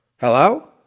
Hello